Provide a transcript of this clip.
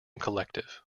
collective